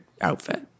outfit